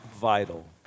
Vital